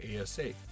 ASA